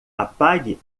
apague